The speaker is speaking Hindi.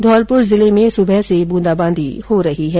धौलपुर जिले में सुबह से ब्रंदाबांदी हो रही है